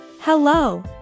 hello